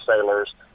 sailors